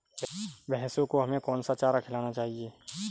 भैंसों को हमें कौन सा चारा खिलाना चाहिए?